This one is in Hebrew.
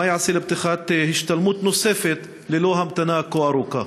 מה ייעשה לפתיחת השתלמות נוספת ללא המתנה כה ארוכה?